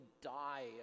die